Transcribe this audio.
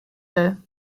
will